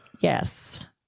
yes